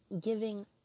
giving